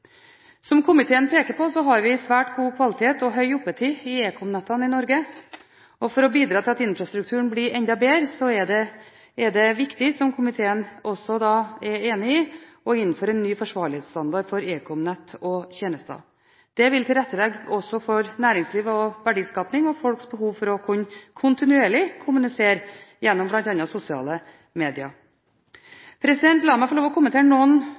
Som komiteen peker på, har vi svært god kvalitet og høy oppetid i ekomnettene i Norge. For å bidra til at infrastrukturen blir enda bedre, er det viktig, som komiteen også er enig i, å innføre en ny forsvarlighetsstandard for ekomnett og -tjenester. Det vil tilrettelegge også for næringsliv og verdiskaping og for folks behov for å kunne kommunisere kontinuerlig gjennom bl.a. sosiale medier. La meg få lov til å kommentere noen